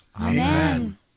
Amen